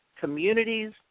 communities